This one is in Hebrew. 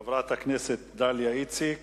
אחריהם, חברת הכנסת דליה איציק,